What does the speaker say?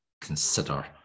consider